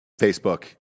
Facebook